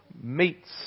meets